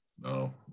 No